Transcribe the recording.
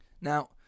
Now